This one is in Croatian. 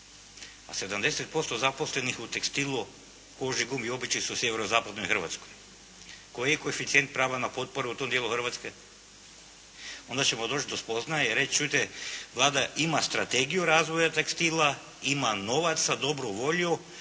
a 70% zaposlenih u tekstilu kože, gume i obuće su u Sjeverozapadnoj Hrvatskoj. Koji je koeficijent prava na potporu u tom dijelu Hrvatske? Onda ćemo doći do spoznaje i reći, čujete Vlada ima strategiju razvoja tekstila, ima novaca, dobru volju,